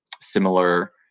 similar